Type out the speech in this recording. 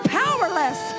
powerless